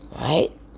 Right